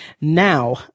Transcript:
Now